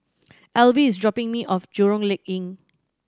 Alvie is dropping me off Jurong Lake